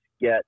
get